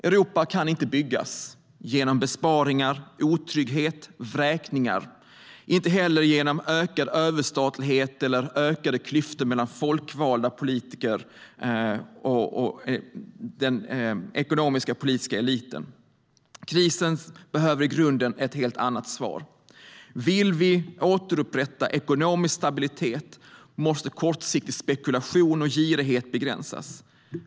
Europa kan inte byggas genom besparingar, otrygghet och vräkningar, inte heller genom ökad överstatlighet eller ökade klyftor mellan medborgare, folkvalda politiker och den ekonomiska och politiska eliten. Krisen behöver i grunden ett helt annat svar. Vill vi återupprätta ekonomisk stabilitet måste kortsiktig spekulation och girighet begränsas.